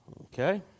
Okay